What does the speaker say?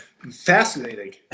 Fascinating